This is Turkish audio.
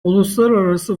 uluslararası